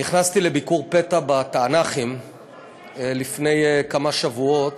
נכנסתי לביקור פתע בתענכים לפני כמה שבועות,